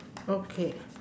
okay